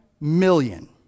Million